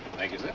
thank you, sir.